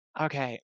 Okay